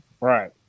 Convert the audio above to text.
Right